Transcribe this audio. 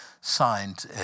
signed